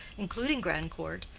including grandcourt,